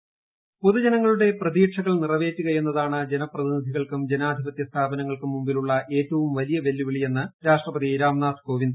presiding officer പൊതുജനങ്ങളുടെ പ്രതീക്ഷകൾ നിറവേറ്റുകയെന്നതാണ് ജനപ്രതിനിധികൾക്കും ജനാധിപത്യ സ്ഥാപനങ്ങൾക്കും മുമ്പിലുള്ള ഏറ്റവും വലിയ വെല്ലുവിളിയെന്ന് രാഷ്ട്രപതി രാംനാഥ് കോവിന്ദ്